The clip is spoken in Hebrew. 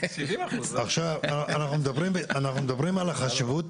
עכשיו אנחנו מדברים על החשיבות